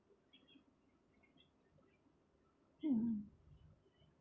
mmhmm